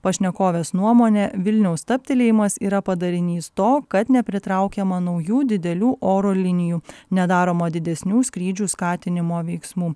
pašnekovės nuomone vilniaus stabtelėjimas yra padarinys to kad nepritraukiama naujų didelių oro linijų nedaroma didesnių skrydžių skatinimo veiksmų